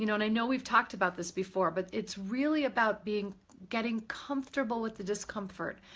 you know and i know we've talked about this before, but it's really about being getting comfortable with the discomfort.